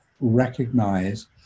recognize